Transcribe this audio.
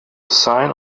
sign